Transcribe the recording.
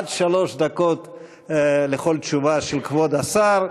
עד שלוש דקות לכל תשובה של כבוד השר.